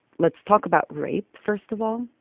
let's talk about rape. first of all,